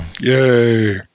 yay